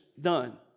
done